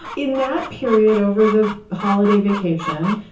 in that period over the holiday vacation,